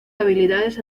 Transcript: habilidades